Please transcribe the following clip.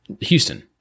Houston